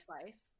twice